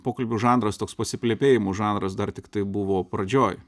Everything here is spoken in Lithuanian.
pokalbių žanras toks pasiplepėjimų žanras dar tiktai buvo pradžioj